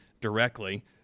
directly